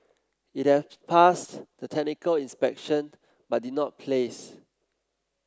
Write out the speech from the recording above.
it had passed the technical inspection but did not place